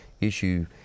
issue